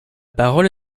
parole